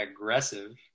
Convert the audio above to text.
aggressive